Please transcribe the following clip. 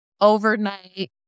Overnight